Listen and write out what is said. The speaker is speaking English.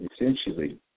Essentially